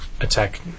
attack